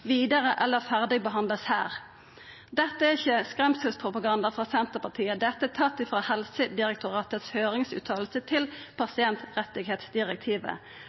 vidare- eller ferdigbehandla her. Dette er ikkje skremselspropaganda frå Senterpartiet; dette er tatt frå Helsedirektoratets høringsfråsegn til